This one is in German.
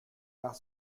nach